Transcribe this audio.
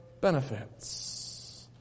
benefits